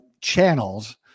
channels